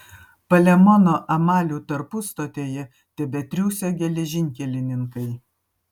palemono amalių tarpustotėje tebetriūsė geležinkelininkai